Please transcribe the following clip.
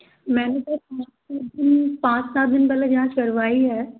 मैंने सर पाँच सात दिन पहले जाँच करवाई है